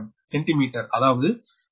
67 centimetre அதாவது 0